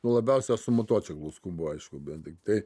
labiausia su motociklu skubu aišku bet tiktai